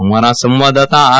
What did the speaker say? અમારા સવાદદાતા આર